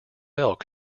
elk